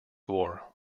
war